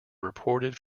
reported